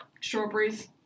Strawberries